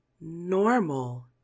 normal